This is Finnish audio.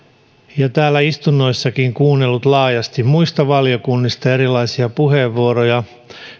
ja täällä istunnoissakin kuunnellut laajasti muista valiokunnista erilaisia puheenvuoroja